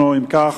אם כך,